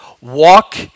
Walk